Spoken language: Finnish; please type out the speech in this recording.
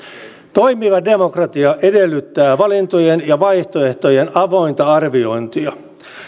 toimiva demokratia edellyttää valintojen ja vaihtoehtojen avointa arviointia